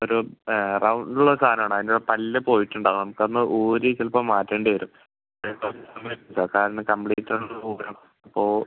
ഒരു റൗണ്ട് ഉള്ള ഒരു സാധനം ആണ് അതിന്റെ പല്ല് പോയിട്ട് ഉണ്ടാവും നമ്മുക്ക് അതൊന്ന് ഊരി ചിലപ്പം മാറ്റേണ്ടി വരും നിങ്ങക്ക് ഒന്നും വരില്ല കാരണം കംപ്ലീറ്റ് അത് ഒന്ന് ഊരണം അപ്പോൾ